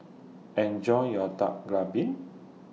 Enjoy your Dak Galbi